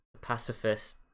pacifist